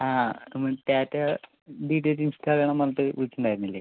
ആ നമ്മള് Tata D T H install ചെയ്യണമെന്ന് പറഞ്ഞിട്ട് വിളിച്ച് ഉണ്ടായിരുന്നില്ലേ